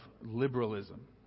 liberalism